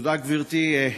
תודה, גברתי.